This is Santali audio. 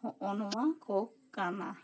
ᱦᱚᱜᱼᱚᱭ ᱱᱚᱣᱟ ᱠᱚ ᱠᱟᱱᱟ